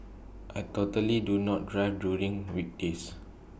I totally do not drive during weekdays